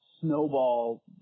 snowball